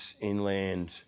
inland